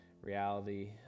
reality